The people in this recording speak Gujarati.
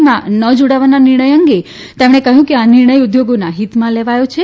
માં ન જોડાવાના નિર્ણય અંગે તેમણે કહ્યું કે આ નિર્ણય ઉદ્યોગોના હિતમાં લેવાયો છે